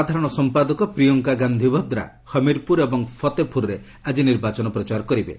ସାଧାରଣ ସମ୍ପାଦକ ପ୍ରିୟଙ୍କା ଗାନ୍ଧି ଭାଦ୍ରା ହମିର୍ପୁର ଏବଂ ଫତେପୁରରେ ଆଜି ନିର୍ବାଚନ ପ୍ରଚାର କରିବେ